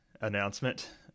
announcement